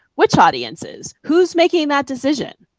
which audiences? who is making that decision?